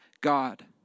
God